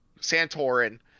Santorin